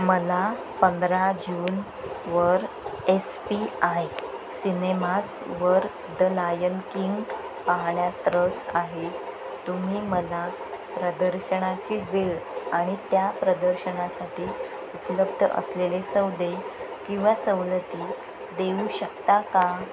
मला पंधरा जून वर एस पी आय सिनेमासवर द लायन किंग पाहण्यात रस आहे तुम्ही मला प्रदर्शनाची वेळ आणि त्या प्रदर्शनासाठी उपलब्ध असलेले सौदे किंवा सवलती देऊ शकता का